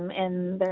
um and,